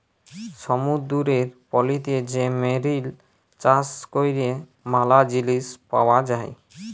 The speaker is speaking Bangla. সমুদ্দুরের পলিতে যে মেরিল চাষ ক্যরে ম্যালা জিলিস পাওয়া যায়